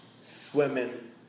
swimming